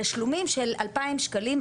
תשלומים של 2,000 שקלים,